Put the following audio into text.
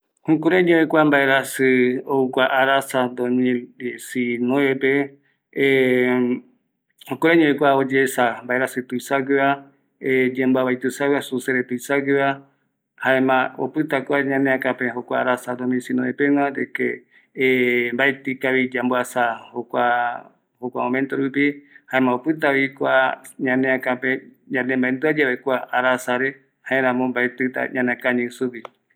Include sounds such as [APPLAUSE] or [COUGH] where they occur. Jukuraivi Ou kua mbarasï mököi eta payandepo juripe, [HESITATION] jukuraiñovi oyeesa kua mbaerasï tuisa gueva, yemboavai yuisa gueva, susere tuisa gueva, jaema opïta kua ñaneakape, jokua rarsape mokoï eta payandepo sau peva, de que [HESITATION] mbaetï ikavi, yamboasa jokua momento rupi, jaema opïtavi kua ñaneakape yande maendua yave kua arasare, jaeramo mbaetïta ñaneakañi sugui.